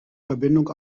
verbindung